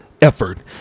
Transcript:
effort